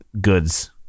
goods